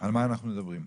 על מה אנחנו מדברים.